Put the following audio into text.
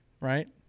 right